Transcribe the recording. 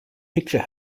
picture